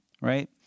right